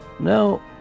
No